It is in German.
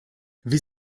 wie